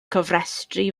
gofrestru